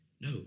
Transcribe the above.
no